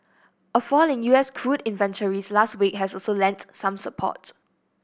a fall in U S crude inventories last week also lent some support